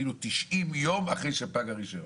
כלומר 90 ימים אחרי שפג הרישיון.